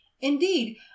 indeed